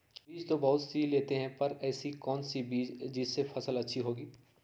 बीज तो बहुत सी लेते हैं पर ऐसी कौन सी बिज जिससे फसल अच्छी होगी?